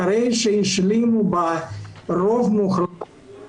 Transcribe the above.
אחרי שהשלימו ברוב מוחלט של המוסדות,